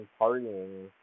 partying